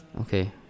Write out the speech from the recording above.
Okay